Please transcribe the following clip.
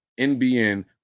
NBN